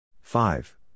Five